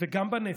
וגם בנפש.